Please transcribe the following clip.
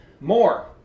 more